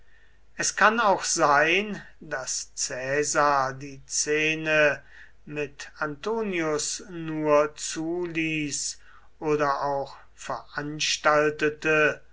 es kann auch sein daß caesar die szene mit antonius nur zuließ oder auch veranstaltete